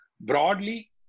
broadly